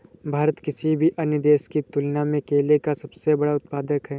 भारत किसी भी अन्य देश की तुलना में केले का सबसे बड़ा उत्पादक है